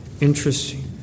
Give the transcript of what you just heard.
interesting